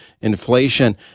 inflation